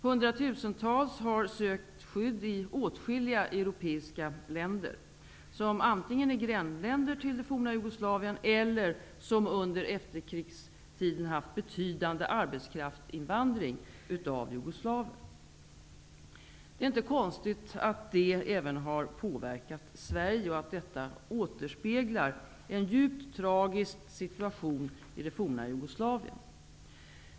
Hundratusentals har sökt skydd i åtskilliga europeiska länder, som antingen är grannländer till det forna Jugoslavien eller som under efterkrigstiden haft betydande arbetskraftsinvandring av jugoslaver. Det är inte konstigt att detta även har påverkat Sverige, och detta återspeglar en djupt tragisk situation i det forna Jugoslavien.